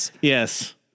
Yes